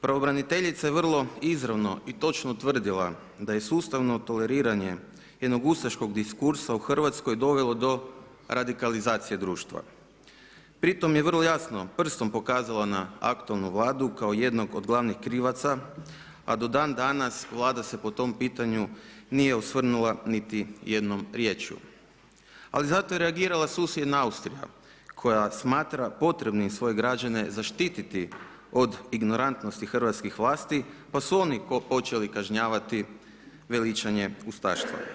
Pravobraniteljica je vrlo izravno i točno utvrdila da je sustavno toleriranje jednog ustaškog diskursa u Hrvatskoj dovelo do radikalizacije društva, pri tom je vrlo jasno prstom pokazala na aktualnu Vladu, kao jednog od glavnih krivaca, a do dan danas Vlada se po tom pitanju nije osvrnula niti jednom riječju, ali zato je reagirala susjedna Austrija koja smatra potrebnim svoje građane zaštititi od ignorantnosti hrvatskih vlasti, pa su oni počeli kažnjavati veličanje ustaštva.